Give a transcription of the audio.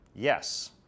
Yes